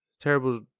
terrible